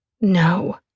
No